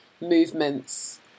movements